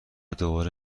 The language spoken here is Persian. دوباره